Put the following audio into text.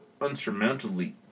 unsurmountably